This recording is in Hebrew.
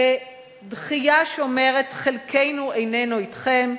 בדחייה שאומרת: חלקנו איננו אתכם,